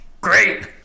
great